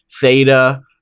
Theta